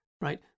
right